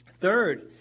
Third